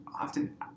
often